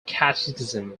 catechism